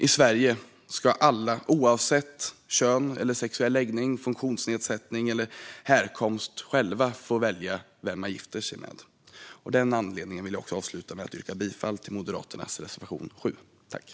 I Sverige ska alla, oavsett kön, sexuell läggning, funktionsnedsättning eller härkomst, själva få välja vem man gifter sig med. Av den anledningen vill jag avsluta med att yrka bifall till reservation 7, från Moderaterna.